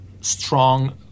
strong